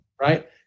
right